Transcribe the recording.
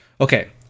Okay